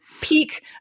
Peak